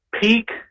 peak